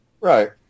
Right